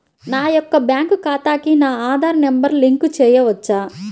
నా యొక్క బ్యాంక్ ఖాతాకి నా ఆధార్ నంబర్ లింక్ చేయవచ్చా?